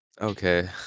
Okay